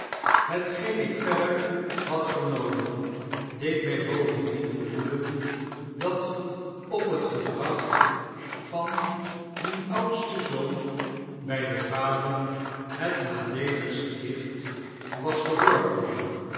hetgeen ik verder had vernomen deed my bovendien vermoeden dat op het gedrag van dien oudsten zoon by den vader het nadeeligst licht was geworpen